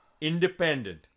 independent